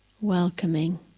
welcoming